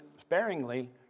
sparingly